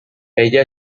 ella